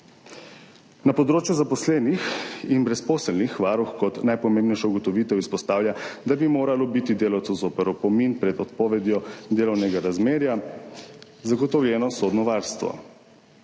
Na področju zaposlenih in brezposelnih Varuh kot najpomembnejšo ugotovitev izpostavlja, da bi moralo biti delavcu zoper opomin pred odpovedjo delovnega razmerja zagotovljeno sodno varstvo.